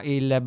il